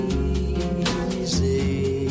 easy